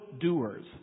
doers